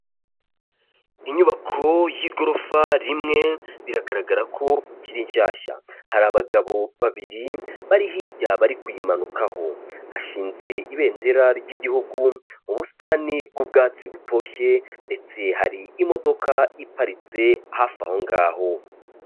Inyubako y'igorofa rimwe biragaragara ko ikiri nshyashya, hari abagabo babiri bari hirya bari kuyimanukaho, hashinze Ibendera ry'igihugu, mu busitani bw'ubwatsi butoshye ndetse hari imodoka iparitse hafi aho ngaho.